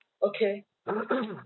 okay